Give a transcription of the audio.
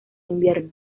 invierno